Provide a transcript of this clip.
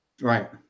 Right